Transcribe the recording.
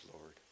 Lord